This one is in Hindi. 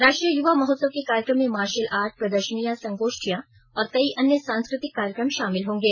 राष्ट्रीय युवा महोत्सव के कार्यक्रम में मार्शल आर्ट प्रदर्शिनियां संगोष्ठियां और कई अन्य सांस्कृतिक कार्यकम शामिल होंगे